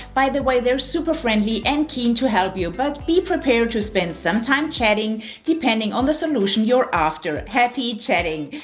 by the way, they're super friendly and keen to help you, but be prepared to spend some time chatting depending on the solution you're after. happy chatting.